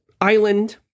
island